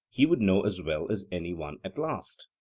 he would know as well as any one at last?